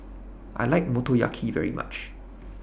I like Motoyaki very much